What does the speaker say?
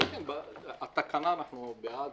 התקנה אנחנו בעד.